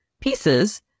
pieces